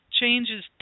changes